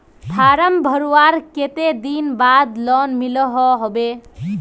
Form भरवार कते दिन बाद लोन मिलोहो होबे?